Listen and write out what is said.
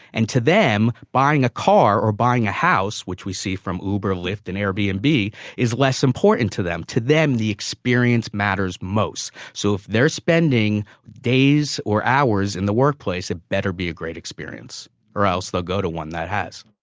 and to them, buying a car or buying a house which we see from uber, lyft and airbnb and is less important to them. to them, the experience matters most. so if they're spending days or hours in the workplace, it better be a great experience or else they'll go to one that has.